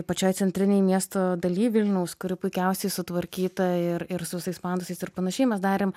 pačioj centrinėj miesto daly vilniaus kuri puikiausiai sutvarkyta ir ir su visais pandusais ir panašiai mes darėm